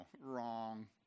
Wrong